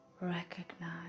recognize